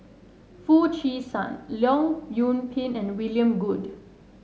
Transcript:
Foo Chee San Leong Yoon Pin and William Goode